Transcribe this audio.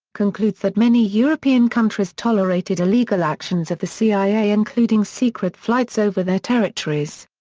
concludes that many european countries tolerated illegal actions of the cia including secret flights over their territories.